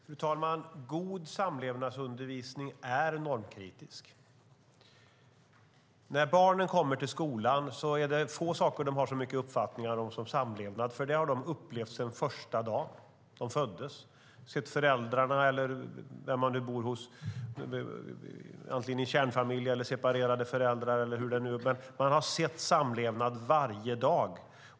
Fru talman! God samlevnadsundervisning är normkritisk. När barnen kommer till skolan är det få saker som de har så mycket uppfattningar om som samlevnad. Det har de upplevt sedan sin första dag, från att de föddes, hos föräldrarna eller vem de nu bor hos, antingen i kärnfamilj eller med separerade föräldrar. De har sett samlevnad varje dag.